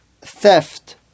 theft